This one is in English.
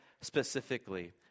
specifically